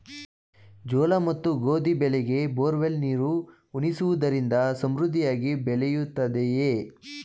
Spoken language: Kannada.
ಜೋಳ ಮತ್ತು ಗೋಧಿ ಬೆಳೆಗೆ ಬೋರ್ವೆಲ್ ನೀರು ಉಣಿಸುವುದರಿಂದ ಸಮೃದ್ಧಿಯಾಗಿ ಬೆಳೆಯುತ್ತದೆಯೇ?